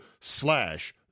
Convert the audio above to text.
slash